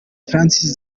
francis